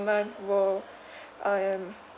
~ment world I am